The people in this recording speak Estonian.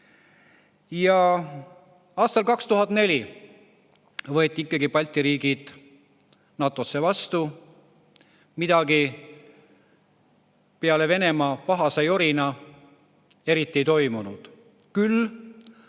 Aastal 2004 võeti ikkagi Balti riigid NATO‑sse vastu. Midagi peale Venemaa pahase jorina eriti ei toimunud. Küll